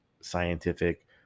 scientific